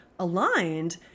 aligned